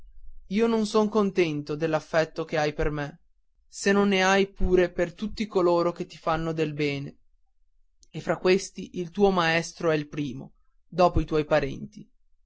io non son contento dell'affetto che hai per me se non ne hai pure per tutti coloro che ti fanno del bene e fra questi il tuo maestro è il primo dopo i tuoi parenti